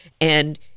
And-